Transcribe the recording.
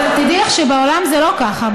תדעי לך שבעולם זה לא ככה.